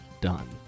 done